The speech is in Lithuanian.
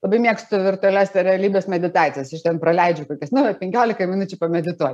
labai mėgstu virtualios realybės meditacijas aš ten praleidžiu kokias nu penkiolika minučių pamedituot